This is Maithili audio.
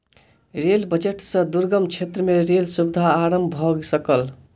रेल बजट सॅ दुर्गम क्षेत्र में रेल सुविधा आरम्भ भ सकल